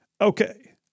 okay